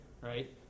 right